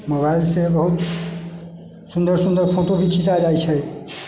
mobile से बहुत सुंदर सुंदर फोटो भी खीचा जाइ छै